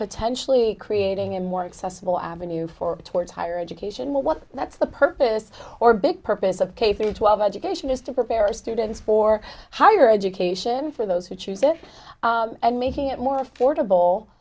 potentially creating a more accessible avenue for towards higher education what that's the purpose or big purpose of k through twelve education is to prepare students for higher education for those who choose it and making it more affordable